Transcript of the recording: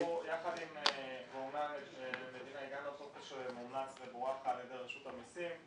יחד עם גורמי המדינה הגענו לטופס שמומלץ על ידי רשות המסים.